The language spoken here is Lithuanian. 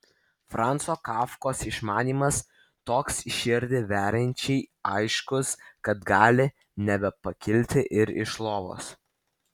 franco kafkos išmanymas toks širdį veriančiai aiškus kad gali nebepakilti ir iš lovos